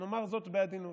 נאמר זאת בעדינות.